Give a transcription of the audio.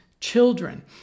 children